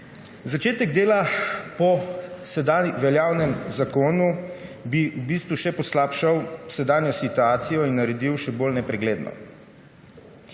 Začetek dela po sedaj veljavnem zakonu bi v bistvu še poslabšal sedanjo situacijo in jo naredil še bolj nepregledno.